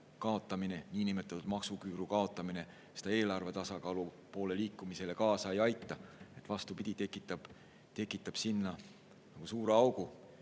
kaotamine – niinimetatud maksuküüru kaotamine – eelarve tasakaalu poole liikumisele kaasa ei aita. Vastupidi, see tekitab sinna suure augu.